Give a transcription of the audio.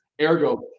ergo